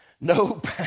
nope